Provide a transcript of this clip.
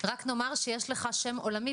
אבל גם אני מסתכל בתמונה הגדולה,